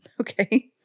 Okay